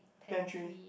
pantry